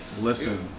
Listen